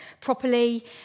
properly